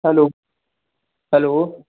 hello hello